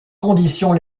conditions